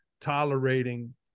tolerating